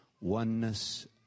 oneness